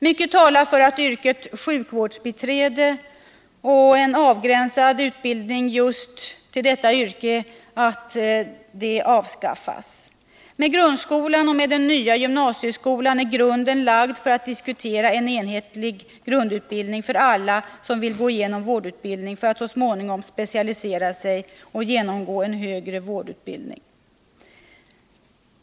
Mycket talar för att yrket sjukvårdsbiträde och en avgränsad utbildning för just detta yrke avskaffas. Med grundskolan och den nya gymnasieskolan är grunden lagd för en diskussion om en enhetlig grundutbildning för alla som vill gå igenom vårdutbildning för att så småningom specialisera sig och genomgå en högre vårdutbildning.